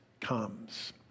comes